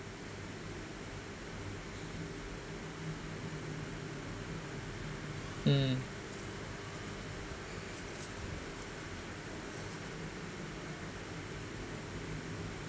hmm